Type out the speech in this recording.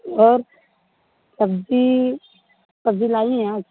और सब्जी सब्जी लाई हैं आज